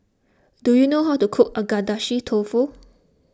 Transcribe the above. do you know how to cook Agedashi Dofu